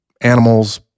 Animals